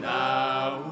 now